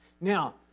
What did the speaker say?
Now